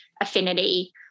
affinity